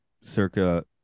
circa